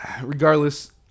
regardless